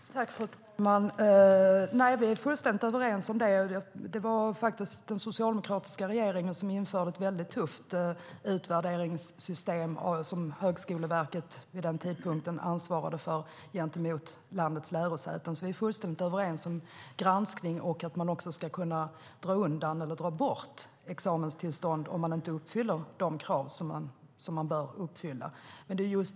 Fru talman! Vi är fullständigt överens om det. Det var den socialdemokratiska regeringen som införde ett väldigt tufft utvärderingssystem som Högskoleverket vid den tidpunkten ansvarade för gentemot landets lärosäten. Vi är fullständigt överens om granskningen och att man ska kunna dra in examenstillstånd om kraven inte uppfylls.